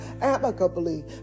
amicably